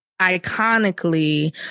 iconically